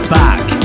back